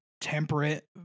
temperate